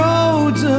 Roads